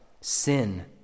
sin